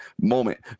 moment